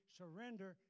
surrender